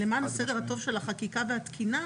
למען הסדר הטוב של החקיקה והתקינה,